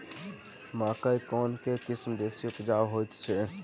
मकई केँ के किसिम बेसी उपजाउ हएत अछि?